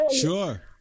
Sure